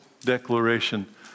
declaration